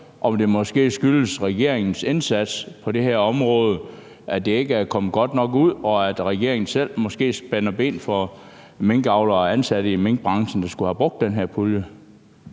om det måske skyldes regeringens indsats på det her område: at det ikke er kommet godt nok ud, og at regeringen selv måske spænder ben for minkavlere og ansatte i minkbranchen, der skulle have brugt den her pulje.